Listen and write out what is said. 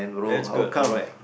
that's good alright